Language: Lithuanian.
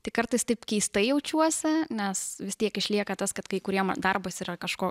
tai kartais taip keistai jaučiuosi nes vis tiek išlieka tas kad kai kuriem darbas yra kažko